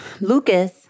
Lucas